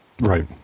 Right